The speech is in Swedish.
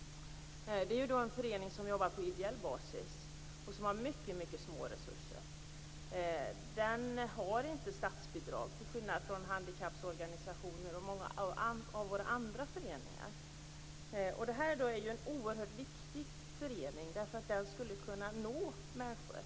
Det är en förening som jobbar på ideell basis och har små resurser. Den får inte statsbidrag till skillnad från handikapporganisationer och andra föreningar. Det är en oerhört viktig förening. Den skulle kunna nå människor.